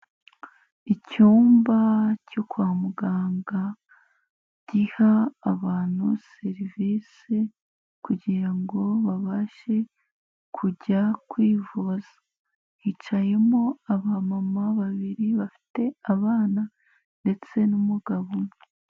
Icyumba cyo kwa muganga, giha abantu serivisi kugira ngo babashe kujya kwivuza. Hicayemo aba mama babiri bafite abana ndetse n'umugabo.